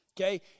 Okay